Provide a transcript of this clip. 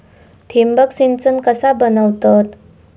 ठिबक सिंचन कसा बनवतत?